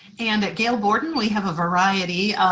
and at gail borden we have a variety.